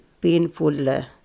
painful